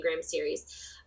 series